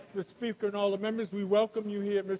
the speaker and all the members, we welcome you here, ms.